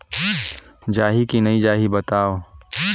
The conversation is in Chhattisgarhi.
जाही की नइ जाही बताव?